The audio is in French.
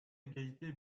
d’égalité